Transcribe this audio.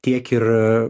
tiek ir